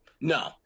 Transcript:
No